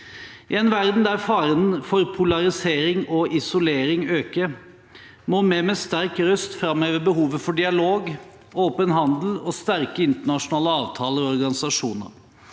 I en verden der faren for polarisering og isolering øker, må vi med sterk røst framheve behovet for dialog, åpen handel og sterke internasjonale avtaler og organisasjoner.